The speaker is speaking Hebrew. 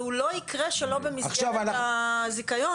והוא לא יקרה שלא במסגרת הזיכיון,